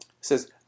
says